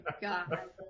god